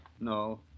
No